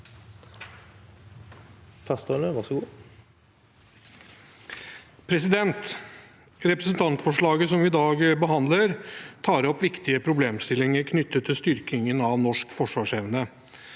sa- ken): Representantforslaget vi i dag behandler, tar opp viktige problemstillinger knyttet til styrkingen av norsk forsvarsevne.